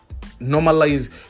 normalize